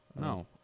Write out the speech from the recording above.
No